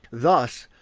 thus,